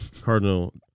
Cardinal